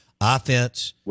offense